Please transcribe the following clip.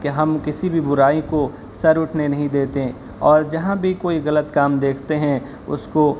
کہ ہم کسی بھی برائی کو سر اٹھنے نہیں دیتے اور جہاں بھی کوئی غلط کام دیکھتے ہیں اس کو